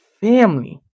family